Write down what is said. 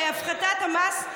להפחתת המס.